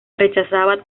rechazaba